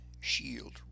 Shield